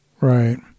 Right